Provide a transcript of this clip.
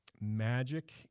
magic